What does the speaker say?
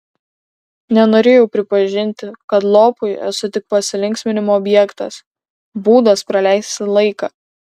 nenorėjau pripažinti kad lopui esu tik pasilinksminimo objektas būdas praleisti laiką